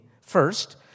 First